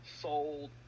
sold